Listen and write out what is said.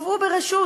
הובאו ברשות.